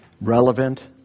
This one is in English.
relevant